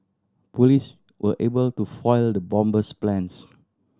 police were able to foil the bomber's plans